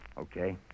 Okay